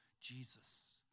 Jesus